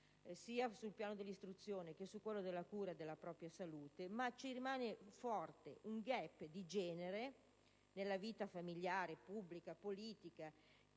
sia sul piano dell'istruzione, sia su quello della cura della propria salute, ma rimane un forte ed evidente *gap* di genere nella vita familiare, pubblica e politica